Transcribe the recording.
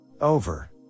Over